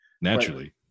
Naturally